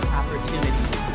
opportunities